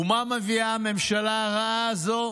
ומה מביאה הממשלה הרעה הזו?